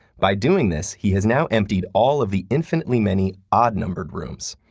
by doing this, he has now emptied all of the infinitely many odd-numbered rooms,